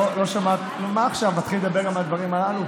מה, נתחיל עכשיו גם לדבר על הדברים הללו?